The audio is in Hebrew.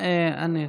אני אצא,